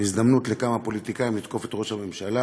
והזדמנות לכמה פוליטיקאים לתקוף את ראש הממשלה.